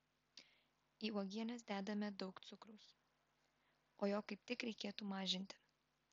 į uogienes dedame daug cukraus o jo kaip tik reikėtų mažinti